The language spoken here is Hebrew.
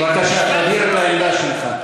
בבקשה, תבהיר את העמדה שלך.